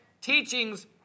teachings